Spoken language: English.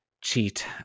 cheat